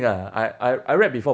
ya I I I read before